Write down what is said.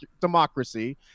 democracy